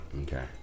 Okay